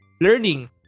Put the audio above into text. learning